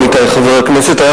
עמיתי חברי הכנסת,